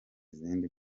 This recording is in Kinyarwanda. izindi